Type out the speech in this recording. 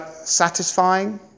satisfying